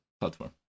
platform